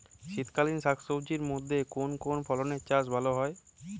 শীতকালীন শাকসবজির মধ্যে কোন কোন ফসলের চাষ ভালো হয়?